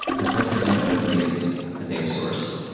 the fi rst type of node is a data source.